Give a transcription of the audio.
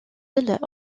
îles